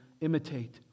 imitate